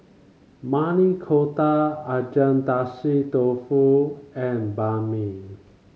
Maili Kofta Agedashi Dofu and Banh Mi